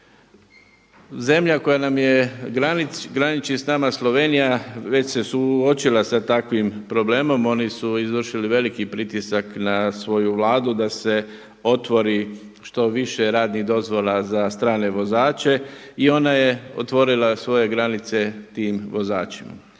Zemlja koja nam je, graniči s nama Slovenija, već se suočila sa takvim problemom, oni su završili veliki pritisak na svoju Vladu da se otvori što više dozvola za strane vozače i ona je otvorila svoje granice tim vozačima.